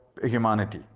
humanity